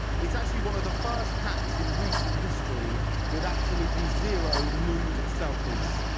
it's actually one of the first hacks in recent history with absolutely zero nude selfies.